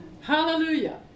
Hallelujah